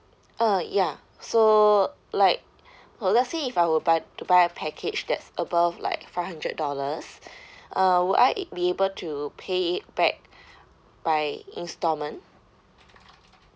uh ya so like per let's say if I were buy to buy a package that's above like five hundred dollars uh would I be able to pay it back by instalment